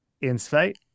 insight